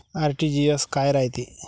RTGS काय रायते?